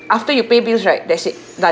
after you pay bills right that's it done